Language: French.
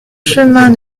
chemin